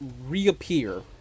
reappear